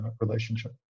relationship